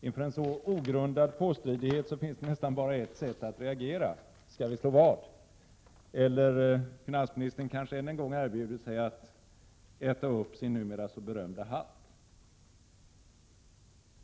Inför en så ogrundad påstridighet finns det nästan bara ett sätt att reagera. Skall vi slå vad? Men finansministern kanske än en gång erbjuder sig att äta upp sin numera så berömda hatt.